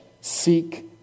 seek